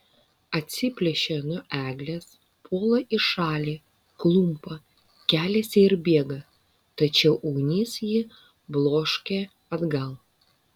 atsiplėšia nuo eglės puola į šalį klumpa keliasi ir bėga tačiau ugnis jį bloškia atgal